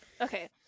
Okay